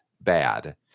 bad